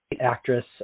actress